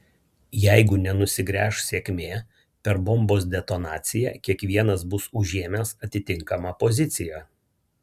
jeigu nenusigręš sėkmė per bombos detonaciją kiekvienas bus užėmęs atitinkamą poziciją